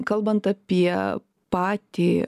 kalbant apie patį